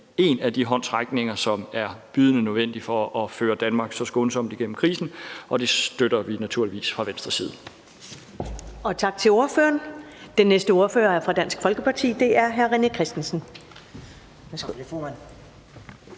en af de håndsrækninger, som er bydende nødvendig for at føre Danmark så skånsomt igennem krisen, og det støtter vi naturligvis fra Venstres side.